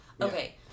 okay